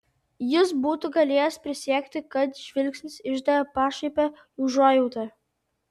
jis būtų galėjęs prisiekti kad žvilgsnis išdavė pašaipią užuojautą